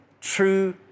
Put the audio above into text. true